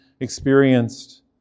experienced